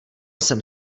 jsem